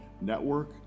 network